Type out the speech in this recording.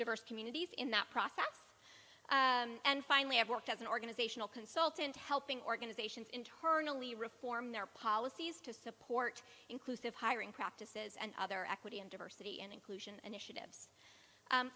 diverse communities in that process and finally have worked as an organizational consultant helping organizations internally reform their policies to support inclusive hiring practices and other equity and diversity and inclusion and initiatives